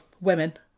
women